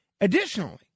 Additionally